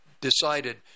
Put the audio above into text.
decided